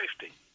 safety